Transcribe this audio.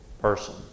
person